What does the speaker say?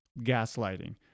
gaslighting